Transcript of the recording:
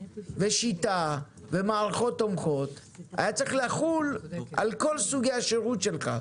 שיטה ומערכות תומכות היו צריכות לחול על כל סוגי השירות שלך.